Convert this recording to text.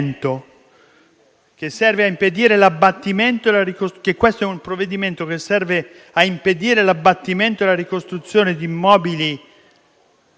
che serve a impedire l'abbattimento e la ricostruzione di immobili